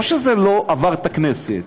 לא שזה לא עבר את הכנסת,